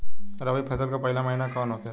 रबी फसल के पहिला महिना कौन होखे ला?